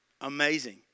Amazing